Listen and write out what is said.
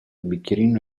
bicchierino